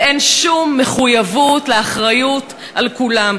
ואין שום מחויבות לאחריות לכולם.